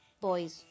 boys